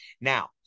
Now